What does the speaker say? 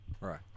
Right